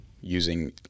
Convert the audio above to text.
using